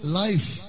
life